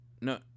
No